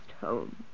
home